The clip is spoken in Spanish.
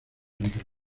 peligro